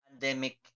pandemic